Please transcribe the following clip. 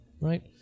right